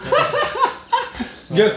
!wah! 你也是两个 !whoa!